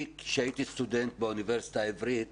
כשהייתי סטודנט באוניברסיטה העברית